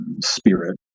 spirit